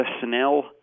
personnel